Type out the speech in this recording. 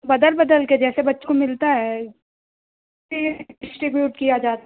बदल बदलकर जैसे बच्चों को मिलता है डिस्ट्रीब्यूट किया जा